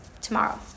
tomorrow